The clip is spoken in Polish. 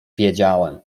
wiedziałem